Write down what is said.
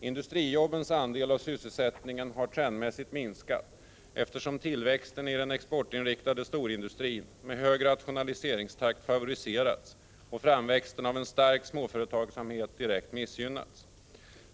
Industrijobbens andel av sysselsättningen har trendmässigt minskat, eftersom tillväxten i den exportinriktade storindustrin med hög rationaliseringstakt favoriserats och framväxten av en stark småföretagsamhet direkt missgynnats.